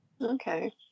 Okay